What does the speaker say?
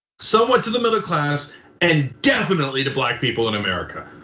somewhat to the middle class and definitely to black people in america.